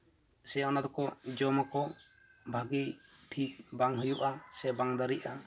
ᱥᱮ ᱚᱱᱟ ᱫᱚᱠᱚ ᱡᱚᱢᱟᱠᱚ ᱵᱷᱟᱜᱮ ᱴᱷᱤᱠ ᱵᱟᱝ ᱦᱩᱭᱩᱜᱼᱟ ᱥᱮ ᱵᱟᱝ ᱫᱟᱨᱮᱜᱼᱟ